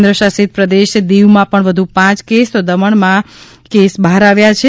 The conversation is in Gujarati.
કેન્દ્ર શાસિત પ્રદેશ દીવમાં પણ વધુ પાંચ કેસ તો દમણમાં કેસ બહાર આવ્યા છે